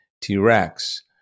T-Rex